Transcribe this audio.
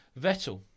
Vettel